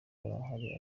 barahari